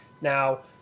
Now